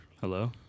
Hello